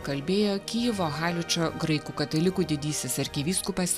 kalbėjo kyjivo haličo graikų katalikų didysis arkivyskupas